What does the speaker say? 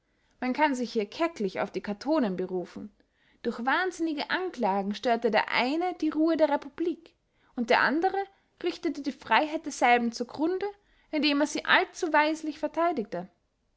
man kann sich hier kecklich auf die catonen berufen durch wahnsinnige anklagen störte der eine die ruhe der republik und der andere richtete die freyheit derselben zu grunde indem er sie allzuweislich vertheidigte